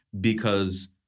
because-